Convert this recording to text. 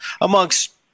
amongst